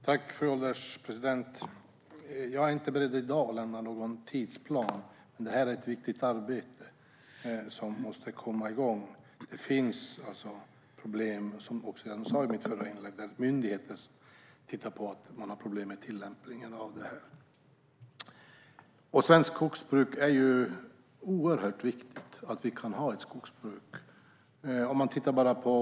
Fru ålderspresident! Jag är inte beredd att i dag lämna någon tidsplan, men detta är ett viktigt arbete som måste komma igång. Som jag sa i mitt förra inlägg har myndigheter problem med tillämpningen. Svenskt skogsbruk är oerhört viktigt, att vi kan ha ett skogsbruk.